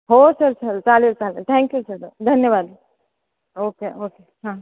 हो सर चल चालेल चालेल थँक्यू सर धन्यवाद ओके ओके हां